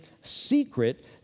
secret